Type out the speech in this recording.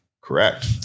Correct